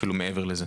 אפילו מעבר לזה.